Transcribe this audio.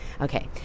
Okay